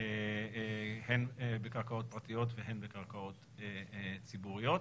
הן בקרקעות פרטיות והן בקרקעות ציבוריות.